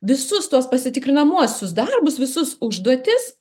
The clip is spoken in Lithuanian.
visus tuos pasitikrinamuosius darbus visus užduotis